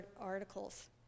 articles